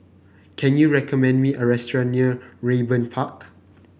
can you recommend me a restaurant near Raeburn Park